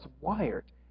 wired